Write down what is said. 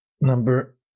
Number